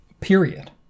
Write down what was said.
period